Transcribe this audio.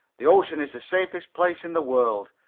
the ocean is the safest place in the world.